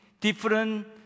different